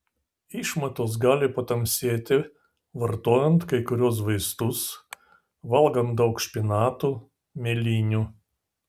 išmatos gali patamsėti vartojant kai kuriuos vaistus valgant daug špinatų mėlynių